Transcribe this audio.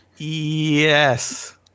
Yes